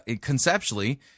conceptually